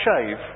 shave